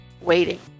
waiting